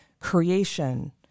creation